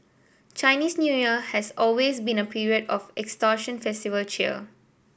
Chinese New Year has always been a period of extortion festival cheer